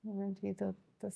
nebent vytautas